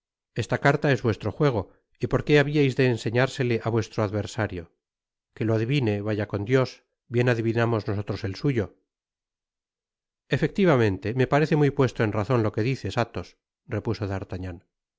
esta carta es vuestro juego y porqué habiais de enseñársele á vuestro adversario que lo adivine vaya con dios bien adivinamos nosotros el suyo efectivamente me parece muy puesto en razon lo que dices athos repuso